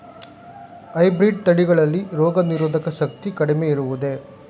Hybrid ತಳಿಗಳಲ್ಲಿ ರೋಗನಿರೋಧಕ ಶಕ್ತಿ ಕಡಿಮೆ ಇರುವುದೇ?